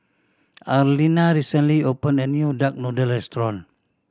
Arlena recently opened a new duck noodle restaurant